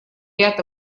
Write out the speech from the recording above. ряд